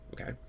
Okay